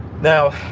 Now